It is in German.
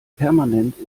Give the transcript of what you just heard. permanent